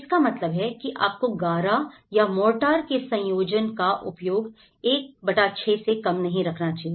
इसका मतलब है कि आपको गारा या मोरर्टार के संयोजन का उपयोग 16 से कम नहीं रखना चाहिए